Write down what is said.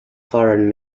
foreign